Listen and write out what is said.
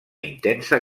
intensa